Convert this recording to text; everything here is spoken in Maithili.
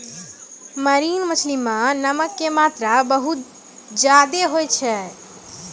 मरीन मछली मॅ नमक के मात्रा बहुत ज्यादे होय छै